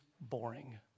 boring